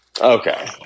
Okay